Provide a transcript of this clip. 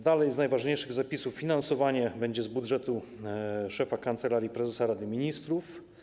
Dalsze z najważniejszych zapisów: Finansowanie będzie z budżetu szefa Kancelarii Prezesa Rady Ministrów.